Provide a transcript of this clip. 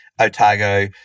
Otago